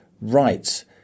right